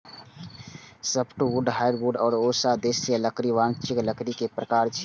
softwood, hardwood आ उष्णदेशीय लकड़ी वाणिज्यिक लकड़ी के प्रकार छियै